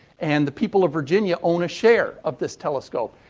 and the people of virginia own a share of this telescope.